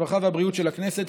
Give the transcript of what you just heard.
הרווחה והבריאות של הכנסת.